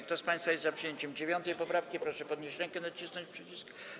Kto z państwa jest za przyjęciem 9. poprawki, proszę podnieść rękę i nacisnąć przycisk.